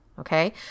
okay